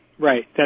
Right